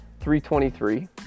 323